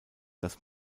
das